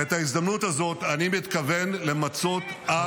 --- ואת ההזדמנות הזאת אני מתכוון למצות עד תום.